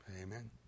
amen